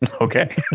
Okay